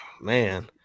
man